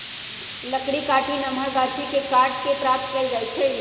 लकड़ी काठी नमहर गाछि के काट कऽ प्राप्त कएल जाइ छइ